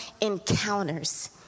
encounters